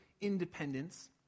independence